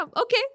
okay